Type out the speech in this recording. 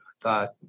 thought